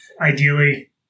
ideally